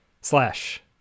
slash